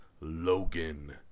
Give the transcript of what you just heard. Logan